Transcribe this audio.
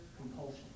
compulsion